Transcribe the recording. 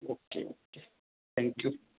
okay okay thank you